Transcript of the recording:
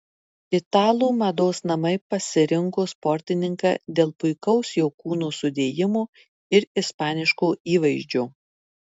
italų mados namai pasirinko sportininką dėl puikaus jo kūno sudėjimo ir ispaniško įvaizdžio